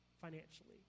financially